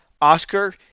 Oscar